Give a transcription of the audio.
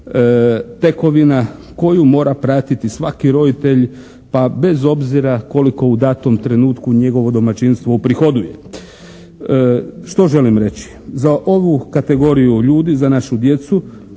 tekovina koju mora pratiti svaki roditelj, pa bez obzira koliko u datom trenutku njegovo domaćinstvo uprihoduje. Što želim reći? Za ovu kategoriju ljudi, za našu djecu